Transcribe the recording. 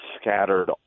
scattered